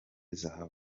zahabu